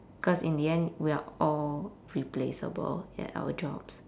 cause in the end we are all replaceable at our jobs